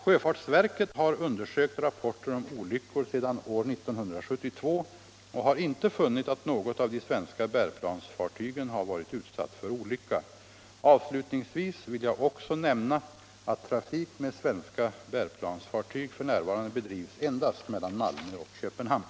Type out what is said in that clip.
Sjöfartsverket har undersökt rapporter om olyckor sedan år 1972 och har inte funnit att något av de svenska bärplansfartygen har varit utsatt för olycka. Avslutningsvis vill jag också nämna att trafik med svenska bärplansfartyg f.n. bedrivs endast mellan Malmö och Köpenhamn.